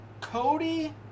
Cody